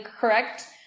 correct